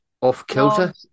Off-kilter